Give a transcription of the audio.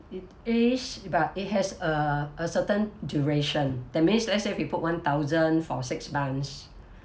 ace but it has a a certain duration that means let's say if you put one thousand for six months